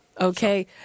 Okay